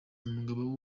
umugabo